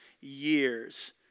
years